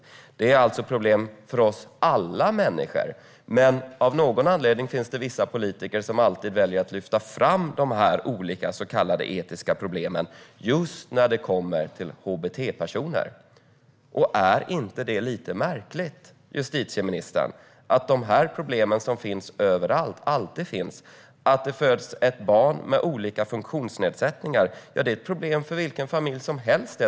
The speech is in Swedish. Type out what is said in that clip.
Detta är alltså problem för alla oss människor, men av någon anledning finns det vissa politiker som alltid väljer att lyfta fram dessa olika så kallade etiska problem när det kommer till just hbt-personer. Är det inte lite märkligt, justitieministern, när dessa problem finns överallt hela tiden? Att det föds ett barn med funktionsnedsättning är ett problem för vilken familj som helst.